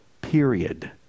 Period